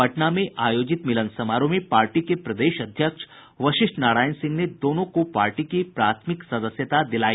पटना में आयोजित मिलन समारोह में पार्टी के प्रदेश अध्यक्ष वशिष्ठ नारायण सिंह ने दोनों को पार्टी की प्राथमिक सदस्यता दिलाई